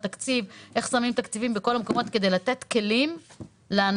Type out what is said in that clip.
איך שמים תקציבים בכל המקומות כדי לתת כלים לאנשים